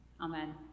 Amen